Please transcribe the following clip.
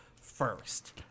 first